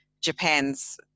Japan's